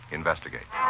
investigate